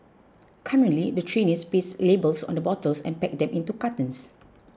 currently the trainees paste labels on the bottles and pack them into cartons